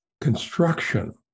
Construction